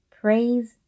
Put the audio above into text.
Praise